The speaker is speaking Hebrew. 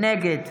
נגד